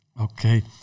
Okay